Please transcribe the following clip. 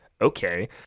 Okay